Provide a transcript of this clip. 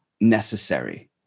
necessary